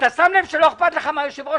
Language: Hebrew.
--- אתה שם לב שלא אכפת לך מהיושב ראש?